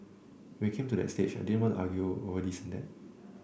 when we came to that stage they didn't want to argue over this and that